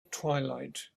twilight